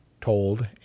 told